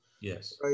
yes